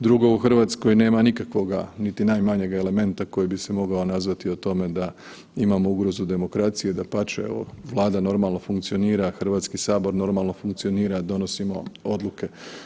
Drugo, u Hrvatskoj nema nikakvoga niti najmanjeg elementa koji bi se mogao nazvati o tome da imamo ugrozu demokracije, dapače Vlada normalno funkcionira, Hrvatski sabor normalno funkcionira, donosimo odluke.